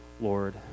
Lord